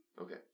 Okay